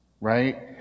Right